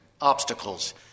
obstacles